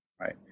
right